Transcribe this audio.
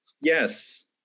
Yes